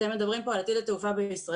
אתם מדברים פה על עתיד התעופה בישראל,